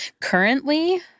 currently